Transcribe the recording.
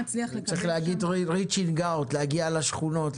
צריך לעשות reaching out להגיע לשכונות,